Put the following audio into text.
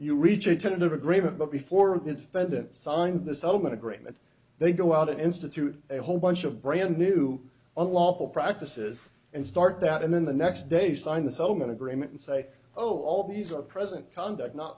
you reach a tentative agreement but before that fed signed this ultimate agreement they go out and institute a whole bunch of brand new unlawful practices and start that and then the next day sign the settlement agreement and say oh all these are present conduct not